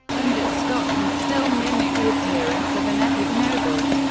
and that scott can still mimic the appearance of an epic, noble,